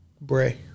Bray